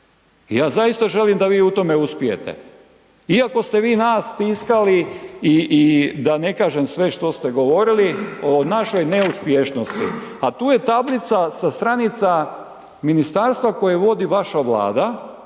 Ja zaista želim da vi u tome uspijete iako ste vi nas stiskali i da ne kažem sve što ste govorili o našoj neuspješnosti a tu je tablica sa stranica ministarstva koju vodi vaša Vlada,